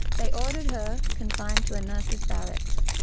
they ordered her confined to a nurses' barracks.